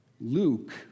Luke